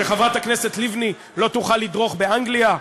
כדי שחברת הכנסת לבני לא תוכל לדרוך באנגליה,